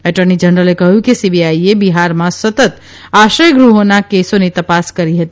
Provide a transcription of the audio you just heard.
attorney જનરલે કહ્યું કે સીબીઆઇ એ બિહારમાં સતત આશ્રયગુહ્રોના કેસોની તપાસ કરી હતી